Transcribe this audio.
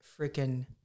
freaking